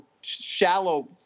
shallow